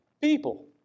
people